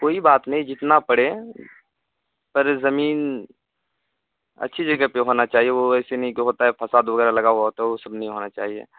کوئی بات نہیں جتنا پڑے پر زمین اچھی جگہ پہ ہونا چاہیے وہ ایسے نہیں کہ ہوتا ہے فساد وغیرہ لگا ہوا ہوتا ہے وہ سب نہیں ہونا چاہیے